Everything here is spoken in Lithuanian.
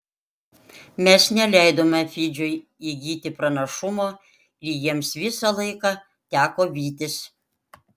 mes neleidome fidžiui įgyti pranašumo ir jiems visą laiką teko vytis